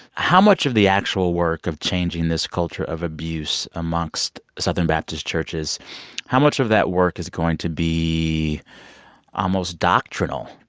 how much of the actual work of changing this culture of abuse amongst southern baptist churches how much of that work is going to be almost doctrinal?